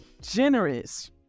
generous